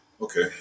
Okay